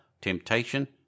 Temptation